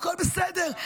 הכול בסדר,